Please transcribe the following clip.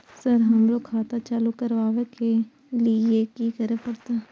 Sir हमरो खाता चालू करबाबे के ली ये की करें परते?